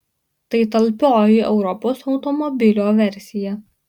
tai talpioji europos automobilio versija